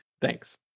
Thanks